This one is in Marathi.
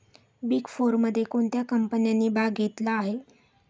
बिग फोरमध्ये कोणत्या कंपन्यांनी भाग घेतला आहे?